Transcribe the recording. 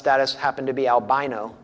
status happened to be albino